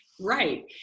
Right